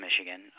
Michigan